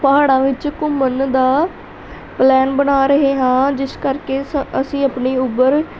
ਪਹਾੜਾਂ ਵਿੱਚ ਘੁੰਮਣ ਦਾ ਪਲੈਨ ਬਣਾ ਰਹੇ ਹਾਂ ਜਿਸ ਕਰਕੇ ਸ ਅਸੀਂ ਆਪਣੀ ਉਬਰ